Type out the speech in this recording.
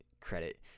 credit